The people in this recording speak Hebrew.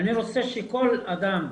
אני רוצה שכל אדם,